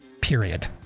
period